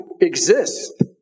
exist